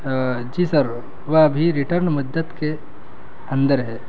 جی sir وہ ابھی return مدت کے اندر ہے